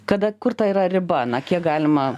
kada kur ta yra riba na kiek galima